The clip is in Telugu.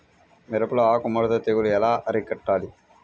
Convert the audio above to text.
మిరపలో ఆకు ముడత తెగులు ఎలా అరికట్టాలి?